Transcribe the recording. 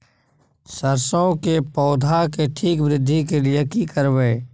सरसो के पौधा के ठीक वृद्धि के लिये की करबै?